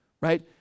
right